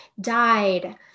died